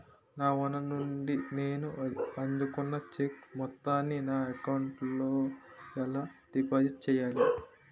నా ఓనర్ నుండి నేను అందుకున్న చెక్కు మొత్తాన్ని నా అకౌంట్ లోఎలా డిపాజిట్ చేయాలి?